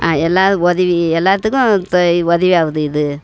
எல்லாரும் உதவி எல்லாத்துக்கும் இப்போ உதவியாகுது இது